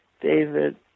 David